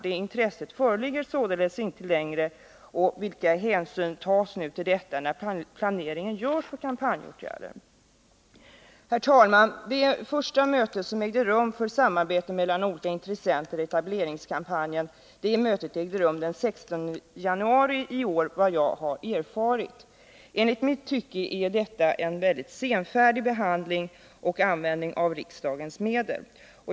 Detta intresse föreligger således inte längre. Vilka hänsyn tas nu till detta när planeringen för kampanjåtgärder görs? Herr talman! Det första möte som ägde rum för samarbete mellan olika intressenter i etableringskampanjen skedde enligt vad jag erfarit den 16 januari i år. Enligt mitt tycke är detta en senfärdig behandling och användning av riksdagens medel.